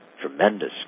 tremendous